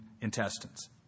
intestines